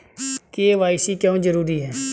KYC क्यों जरूरी है?